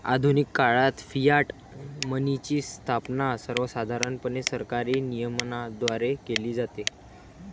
आधुनिक काळात फियाट मनीची स्थापना सर्वसाधारणपणे सरकारी नियमनाद्वारे केली जाते